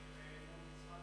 צודק.